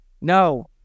No